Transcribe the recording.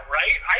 right